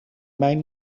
mijn